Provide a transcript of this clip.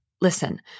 listen